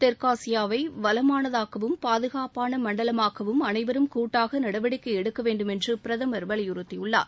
தெற்காசியாவை வளமானதாக்கவும் பாதுகாப்பான மண்டலமாக்கவும் அனைவரும் கூட்டாக நடவடிக்கை எடுக்க வேண்டுமென்று பிரதமர் வலியுறுத்தியுள்ளார்